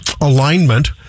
alignment